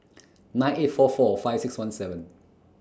nine eight four four five six one seven